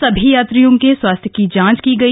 सभी यात्रियों के स्वास्थ्य की जांच की गई